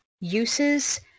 uses